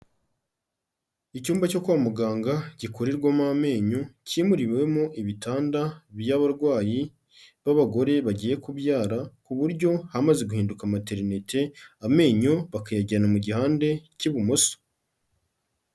Icyumba cyo kwa muganga gikurirwamo amenyo, kimuriwemo ibitanda by'abarwayi b'abagore bagiye kubyara ku buryo hamaze guhinduka materinete, amenyo bakayajyana mu gihande k'ibumoso.